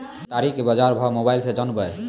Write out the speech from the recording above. केताड़ी के बाजार भाव मोबाइल से जानवे?